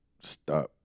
stop